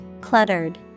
Cluttered